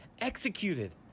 executed